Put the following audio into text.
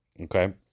Okay